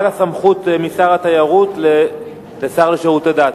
סמכות משר התיירות לשר לשירותי דת.